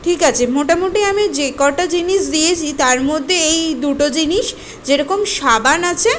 ঠিক আছে মোটামোটি আমি যে কটা জিনিস দিয়েছি তার মধ্যে এই দুটো জিনিস যেরকম সাবান আছে